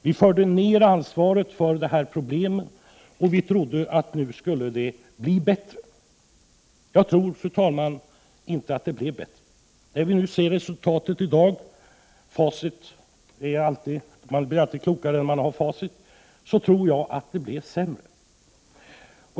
Vi förde ner ansvaret för detta problem, och vi trodde att det skulle bli bättre. Men, fru talman, jag tror inte att det blev bättre. Vi har i dag facit, och man blir alltid klokare när man ser facit. Det vi nu ser gör att jag tror att det blivit sämre.